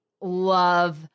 love